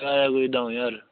कराया कोई दौ ज्हार